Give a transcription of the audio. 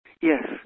Yes